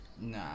Nah